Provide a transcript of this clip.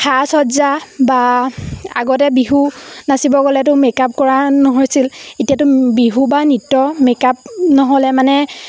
সাজ সজ্জা বা আগতে বিহু নাচিব গ'লেতো মেকআপ কৰা নহৈছিল এতিয়াতো বিহু বা নৃত্য মেকআপ নহ'লে মানে